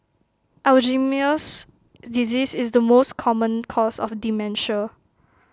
Alzheimer's disease is the most common cause of dementia